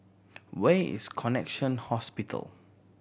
where is Connexion Hospital